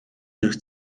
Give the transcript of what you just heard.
ирэх